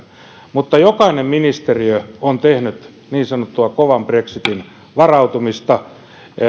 jokainen ministeriö on tehnyt niin sanottua kovan brexitin varautumista